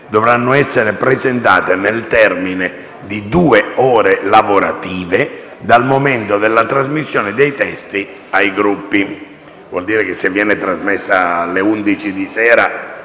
dovranno essere presentati nel termine di due ore lavorative dal momento della trasmissione dei testi ai Gruppi. Ciò vuol dire che, se il testo viene trasmesso alle ore